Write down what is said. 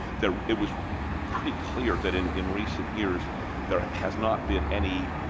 that it was pretty clear that in in recent years there has not been any